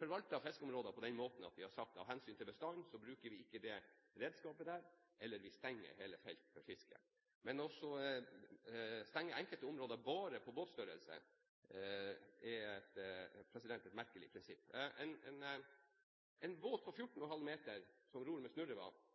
forvaltet fiskeområdene på den måten at vi har sagt at av hensyn til bestanden bruker vi ikke det redskapet, eller vi stenger hele felt for fiske. Men å stenge enkelte områder bare med bakgrunn i båtstørrelse er et merkelig prinsipp. En båt på 14,5 meter som ror med snurrevad, er altså akkurat like effektiv som en båt på 15,5 meter som ror med snurrevad,